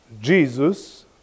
Jesus